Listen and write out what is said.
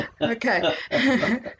Okay